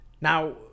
Now